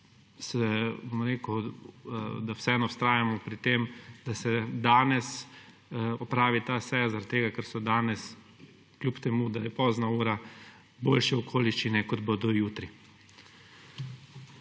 jaz predlagam, da vseeno vztrajamo pri tem, da se danes opravi ta seja, ker so danes kljub temu, da je pozna ura, boljše okoliščine, kot bodo jutri.